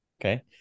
okay